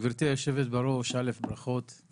גברתי יושבת הראש, א' ברכות על